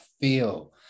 feel